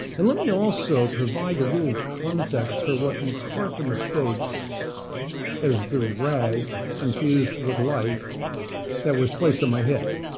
and let me also provide a little context for what macarthur mistakes as the rag infused with life that was placed on my head.